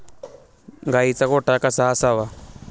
गाईचा गोठा कसा असावा?